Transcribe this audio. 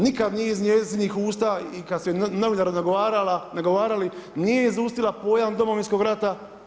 Nikad nije iz njezinih usta i kad su je novinari nagovarali nije izustila pojam Domovinskog rata.